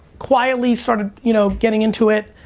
quietly started you know getting into it,